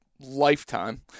lifetime